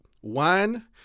one